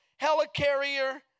helicarrier